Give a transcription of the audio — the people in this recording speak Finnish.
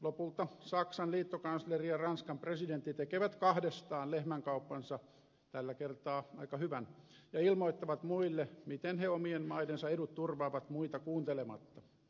lopulta saksan liittokansleri ja ranskan presidentti tekevät kahdestaan lehmänkauppansa tällä kertaa aika hyvän ja ilmoittavat muille miten he omien maidensa edut turvaavat muita kuuntelematta